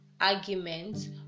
arguments